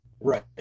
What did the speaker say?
right